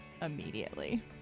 immediately